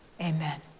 Amen